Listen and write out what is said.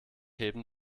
heben